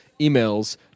emails